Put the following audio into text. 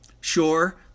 Sure